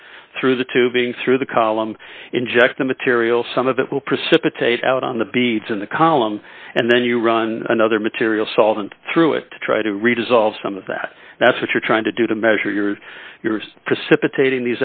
solvent through the tubing through the column inject the material some of it will precipitate out on the beads in the column and then you run another material solvent through it to try to resolve some of that that's what you're trying to do to measure your precipitating